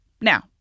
Now